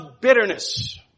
bitterness